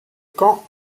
camp